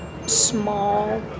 small